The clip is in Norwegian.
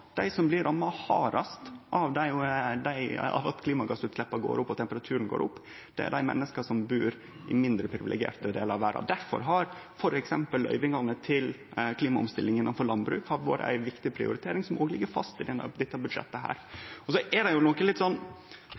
dei menneska som blir ramma hardast av at klimagassutsleppa går opp og temperaturen går opp, i mindre privilegerte delar av verda. Difor har f.eks. løyvingane til klimaomstilling innanfor landbruk vore ei viktig prioritering, som også ligg fast i dette budsjettet. I desse budsjettdebattane er det ofte slik at Stortinget blir sitjande her og diskutere kven det